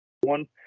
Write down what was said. one